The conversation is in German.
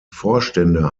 vorstände